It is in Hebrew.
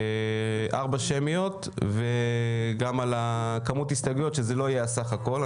ארבע שמיות וגם על כמות ההסתייגויות שזה לא יהיה הסך הכול.